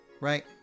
right